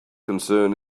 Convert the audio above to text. concern